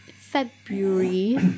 February